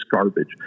garbage